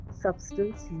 Substance